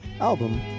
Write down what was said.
album